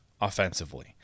offensively